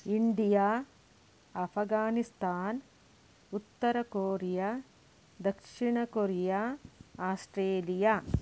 India Afghanistan ಉತ್ತರ Korea ದಕ್ಷಿಣ Korea Australia